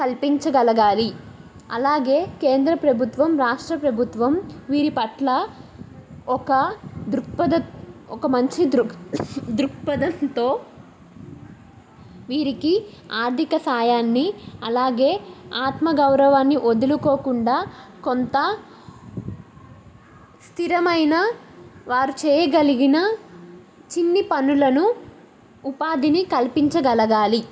కల్పించగలగాలి అలాగే కేంద్ర ప్రభుత్వం రాష్ట్ర ప్రభుత్వం వీరి పట్ల ఒక దృక్పధ ఒక మంచి దృక్ప దృక్పథంతో వీరికి ఆర్థిక సాయాన్ని అలాగే ఆత్మ గౌరవాన్ని వదులుకోకుండా కొంత స్థిరమైన వారు చేయగలిగిన చిన్ని పనులను ఉపాధి ఉపాధిని కల్పించగలగాలి